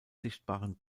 sichtbaren